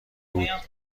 بود